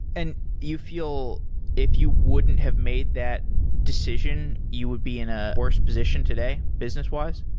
and you feel if you wouldn't have made that decision, you would be in a worse position today businesswise?